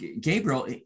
Gabriel